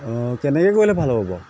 অঁ কেনেকৈ কৰিলে ভাল হ'ব বাৰু